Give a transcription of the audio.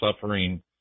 suffering